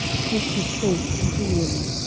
seek his face continually.